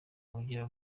bugira